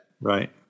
Right